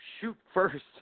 shoot-first